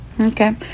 Okay